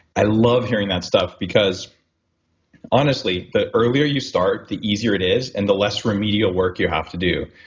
i love hearing that stuff because honestly the earlier you start the easier it is and the less remediate work you have to do.